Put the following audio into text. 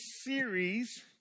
series